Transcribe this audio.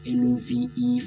love